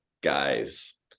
guys